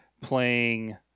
playing